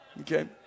Okay